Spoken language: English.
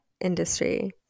industry